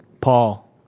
Paul